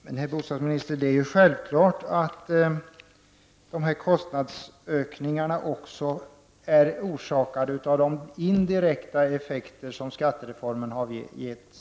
Herr talman! Bostadsministern, det är självklart att dessa kostnadsökningar även är orsakade av de indirekta effekter som skattereformen har gett.